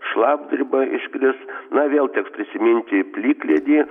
šlapdriba iškris na vėl teks prisiminti plikledį